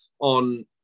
on